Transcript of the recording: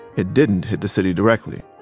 it didn't hit the city directly.